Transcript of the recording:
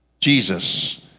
Jesus